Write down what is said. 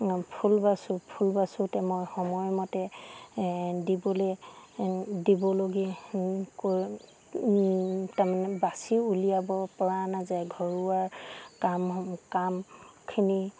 মই ফুল বাচোঁ ফুল বাচোঁতে মই সময়মতে দিবলৈ দিবলগীয়া তাৰমানে বাচি উলিয়াব পৰা নাযায় ঘৰুৱা কাম কামখিনি